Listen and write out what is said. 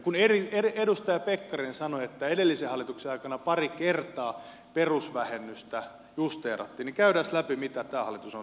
kun edustaja pekkarinen sanoi että edellisen hallituksen aikana pari kertaa perusvähennystä justeerattiin niin käydäänpäs läpi mitä tämä hallitus on tehnyt